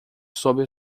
sobre